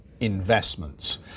Investments